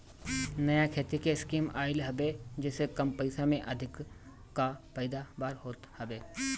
नया खेती के स्कीम आइल हवे जेसे कम पइसा में अधिका पैदावार होत हवे